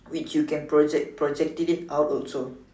which you can project project it it out also